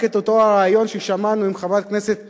רק את אותו ריאיון ששמענו עם חברת הכנסת זועבי,